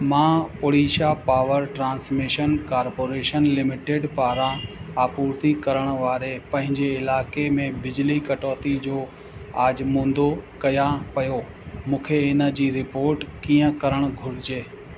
मां Odisha power transmission corporation limited पारां आपूर्ति करणु वारे पंहिंजे इलाइक़े में बिजली कटौती जो आजमूंदो कयां पयो मूंखे इन जी रिपोर्ट कीअं करणु घुरिजे